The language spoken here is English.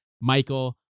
michael